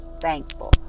thankful